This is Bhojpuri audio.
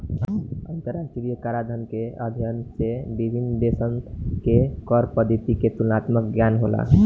अंतरराष्ट्रीय कराधान के अध्ययन से विभिन्न देशसन के कर पद्धति के तुलनात्मक ज्ञान होला